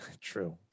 True